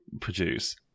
produce